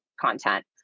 content